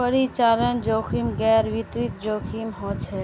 परिचालन जोखिम गैर वित्तीय जोखिम हछेक